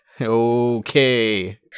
Okay